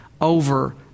over